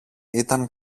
ήταν